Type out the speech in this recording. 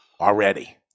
already